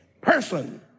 person